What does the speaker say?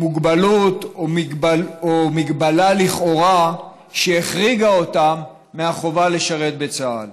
מוגבלות או מגבלה לכאורה שהחריגה אותם מהחובה לשרת בצה"ל.